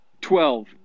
Twelve